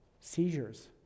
seizures